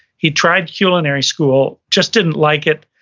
he tried culinary school just didn't like it,